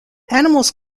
animals